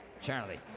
Charlie